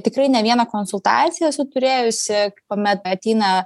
tikrai ne vieną konsultaciją esu turėjusi kuomet ateina